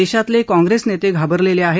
देशातील कॉग्रेस नेते घाबरलेले आहेत